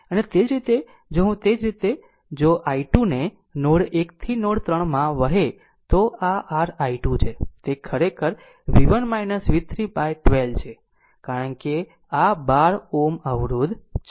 અને તે જ રીતે જો હું તે અને તે જ રીતે જો i 2 ને નોડ 1 થી નોડ 3 માં વહે તો આ r i 2 છે તે ખરેખર v1 v3 by 12 છે કારણ કે આ 12 Ω અવરોધ છે